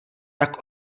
tak